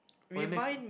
okay next